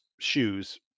shoes